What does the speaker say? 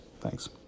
Thanks